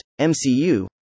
MCU